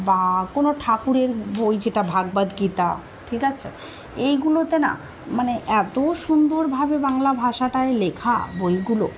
বা কোনো ঠাকুরের বই যেটা ভগবদ্গীতা ঠিক আছে এইগুলোতে না মানে এতো সুন্দরভাবে বাংলা ভাষাটায় লেখা বইগুলো